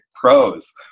pros